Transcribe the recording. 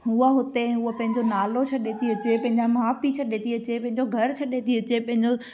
हूअ हुते हूअ पंहिंजो नालो छॾे थी अचे पंहिंजा माउ पीउ छॾे थी अचे पंहिंजो घर छॾे थी अचे पंहिंजो